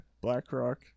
BlackRock